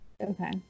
okay